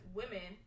women